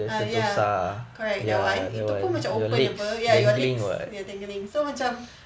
ah ya correct that one itu pun macam open apa ya your legs dangling so macam